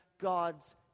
God's